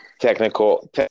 Technical